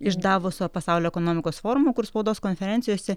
iš davuso pasaulio ekonomikos forumų kur spaudos konferencijose